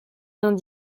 vingt